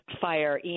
fire